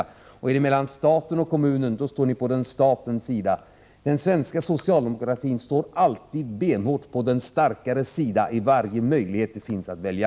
Är det en konflikt mellan staten och en kommun står ni på statens sida. Den svenska socialdemokratin står alltid, benhårt, på den starkares sida varje gång det finns en möjlighet att välja.